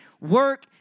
work